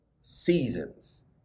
seasons